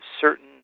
certain